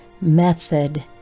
method